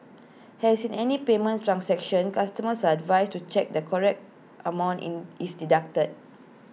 has in any payment transaction customers are advised to check that correct amount in is deducted